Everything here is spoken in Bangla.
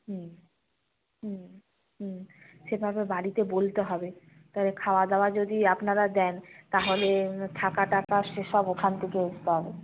হুম হুম হুম সেভাবে বাড়িতে বলতে হবে খাওয়া দাওয়া যদি আপনারা দেন তাহলে থাকা টাকা সেসব ওখান থেকে